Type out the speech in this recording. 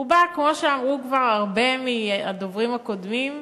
הוא בא, כמו שאמרו כבר הרבה מהדוברים הקודמים,